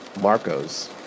Marcos